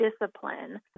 discipline